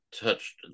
touched